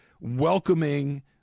welcoming